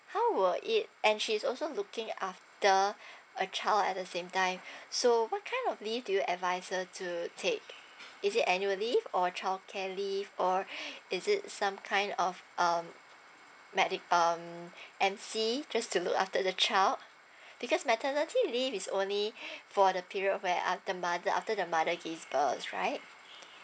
how were it and she's also looking after a child at the same time so what kind of leave you advise her to take like is it annual leave or childcare leave or is it some kind of um medic um M_C just to look after the child because maternity leave is only for the period where after mother after the mother's give birth right